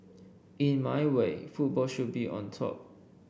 in my way football should be on top